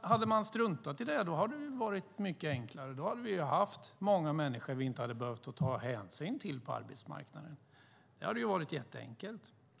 Hade vi struntat i detta hade det varit enklare. Då hade vi sluppit ta hänsyn till många människor på arbetsmarknaden.